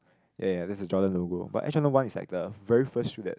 ya ya that's a Jordan logo but one is like the very first shoe that